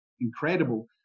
incredible